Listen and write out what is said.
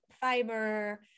fiber